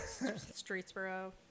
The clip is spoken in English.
Streetsboro